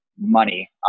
Money